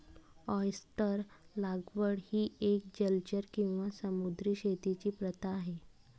oyster लागवड ही एक जलचर किंवा समुद्री शेतीची प्रथा आहे